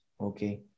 Okay